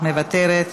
מוותרת,